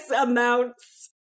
amounts